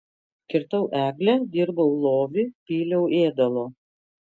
kirtau eglę dirbau lovį pyliau ėdalo